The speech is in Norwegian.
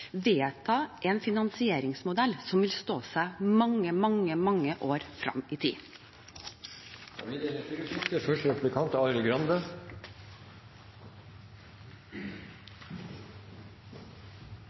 vedta en finansieringsmodell som vil stå seg mange, mange år fram i tid.